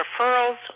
referrals